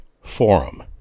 Forum